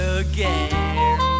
again